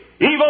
Evil